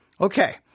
Okay